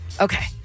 Okay